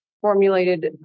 formulated